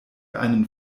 einen